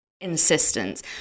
insistence